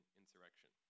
insurrection